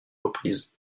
reprises